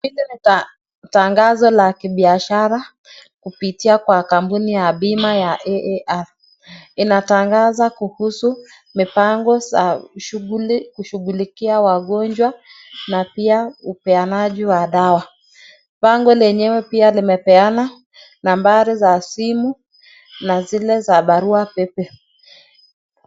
Hili ni tangazo kupitia kampuni ya bima ya AAR inatangaza kuhusu mipangi ya shughuli ya kushughulikia wagonjwa na pia upeanaji wa dawa pango lenyewe pia limepeana nambari za simu na zile za barua pepe.